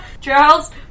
Charles